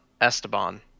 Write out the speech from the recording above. Esteban